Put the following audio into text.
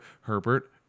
Herbert